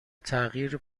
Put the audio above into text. تغییر